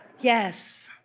yes,